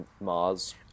Mars